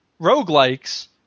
roguelikes